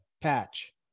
patch